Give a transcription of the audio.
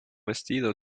vestido